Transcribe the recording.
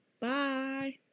Bye